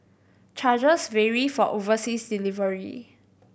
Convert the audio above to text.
charges vary for overseas delivery